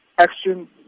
action